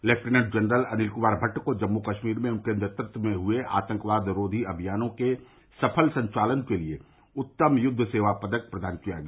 lieutenant general Anil Kumar Bhatt को जम्मू कश्मीर में उनके नेतृत्व में हुए आतंकवाद रोधी अभियानों के सफल संचालन के लिए उत्तम युद्व सेवा पदक प्रदान किया गया